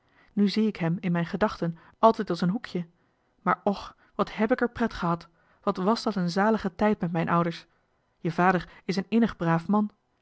nu zie ik hem in mijn gedachten altijd als een hoekje maar och wat heb ik er pret gehad wat was dat een zalige tijd met mijn ouders je vader is een innig braaf man